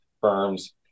firms